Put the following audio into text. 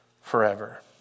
forever